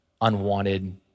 unwanted